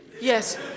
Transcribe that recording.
Yes